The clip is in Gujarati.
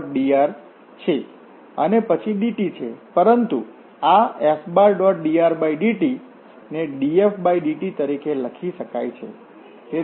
dr છે અને પછી dt છે પરંતુ આ Fdrdt ને dfdt તરીકે લખી શકાય છે